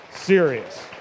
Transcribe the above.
Serious